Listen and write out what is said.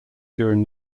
during